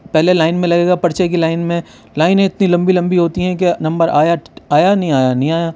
پہلے لائن میں لگے گا پرچے کی لائن میں لائنیں اتنی لمبی لمبی ہوتی ہیں کہ نمبر آیا نہیں آیا نہیں آیا